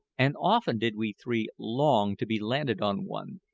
and often did we three long to be landed on one,